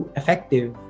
effective